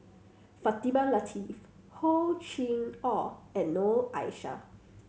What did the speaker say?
Fatimah Lateef Hor Chim Or and Noor Aishah